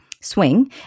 swing